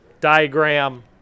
diagram